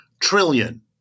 trillion